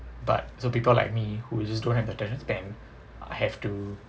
but so people like me who is just don't have attention span have to